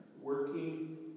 working